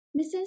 Mrs